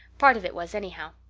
part of it was anyhow.